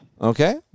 Okay